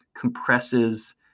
compresses